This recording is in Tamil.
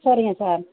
சரிங்க சார்